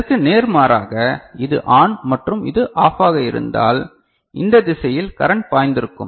இதற்கு நேர்மாறாக இது ஆன் மற்றும் இது ஆஃபாக இருந்தால் இந்த திசையில் கரன்ட் பாய்ந்திருக்கும்